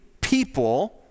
people